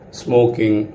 smoking